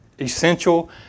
essential